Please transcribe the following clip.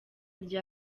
rya